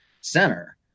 center